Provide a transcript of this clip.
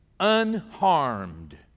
unharmed